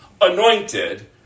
anointed